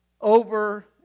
Over